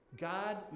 God